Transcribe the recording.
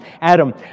Adam